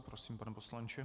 Prosím, pane poslanče.